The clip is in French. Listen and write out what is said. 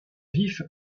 vif